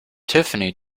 tiffany